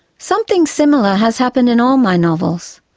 something similar has happened in all my novels.